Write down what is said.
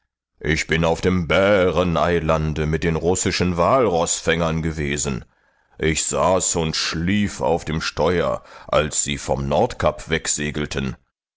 ich bin auf dem bäreneilande mit den russischen walroßfängern gewesen ich saß und schlief auf dem steuer als sie vom nordkap wegsegelten